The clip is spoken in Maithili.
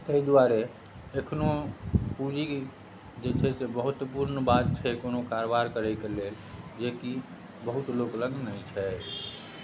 ताहि दुआरे एखनहु पूँजी जे छै से बहुत महत्वपूर्ण बात छै कोनो कारबार करैके लेल जे कि बहुत लोक लग नहि छै